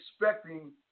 expecting